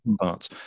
parts